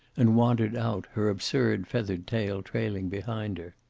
and wandered out, her absurd feathered tail trailing behind her.